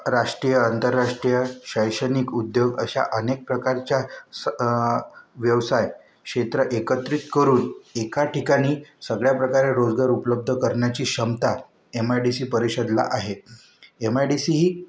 राष्ट्रीय अंतरराष्ट्रीय शैक्षणिक उद्योग अशा अनेक प्रकारच्या स व्यवसाय क्षेत्र एकत्रित करून एका ठिकाणी सगळ्या प्रकारे रोजगार उपलब्ध करण्याची क्षमता एम आय डी सी परिषदला आहे M I D C he